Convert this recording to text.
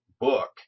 book